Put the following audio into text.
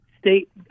state